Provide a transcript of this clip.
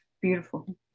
Beautiful